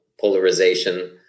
polarization